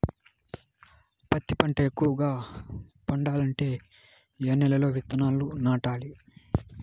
పత్తి పంట ఎక్కువగా పండాలంటే ఏ నెల లో విత్తనాలు నాటాలి?